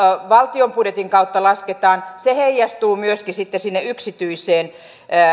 valtion budjetin kautta lasketaan se heijastuu myöskin sitten sinne yksityiseen